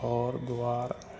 घर दुआरि